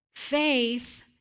Faith